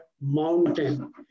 mountain